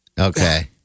Okay